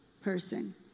person